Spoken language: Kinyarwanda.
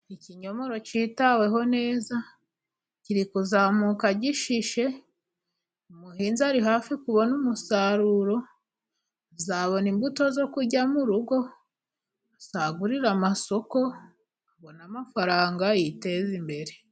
Ikinyomoro kitaweho neza kiri kuzamuka gishishe, umuhinzi ari hafi kubona umusaruro. Azabona imbuto zo kurya mu rugo, asagurire amasoko, abone amafaranga yiteze imbere.